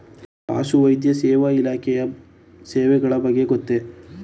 ಪಶುವೈದ್ಯ ಸೇವಾ ಇಲಾಖೆಯ ಸೇವೆಗಳ ಬಗ್ಗೆ ಗೊತ್ತೇ?